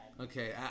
Okay